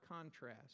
contrast